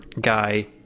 guy